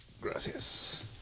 Gracias